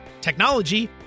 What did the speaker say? technology